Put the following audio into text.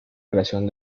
creación